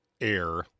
Air